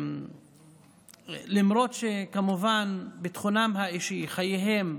למרות שכמובן ביטחונם האישי, חייהם,